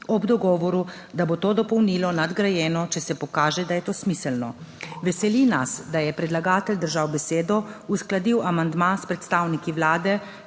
ob dogovoru, da bo to dopolnilo nadgrajeno, če se pokaže, da je to smiselno. Veseli nas, da je predlagatelj držal besedo, uskladil amandma s predstavniki Vlade